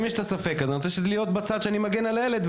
אני רוצה להיות בצד שאני מגן על הילד,